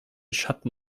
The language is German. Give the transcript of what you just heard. schatten